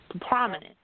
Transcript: prominent